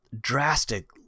drastic